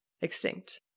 extinct